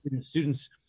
students